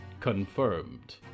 Confirmed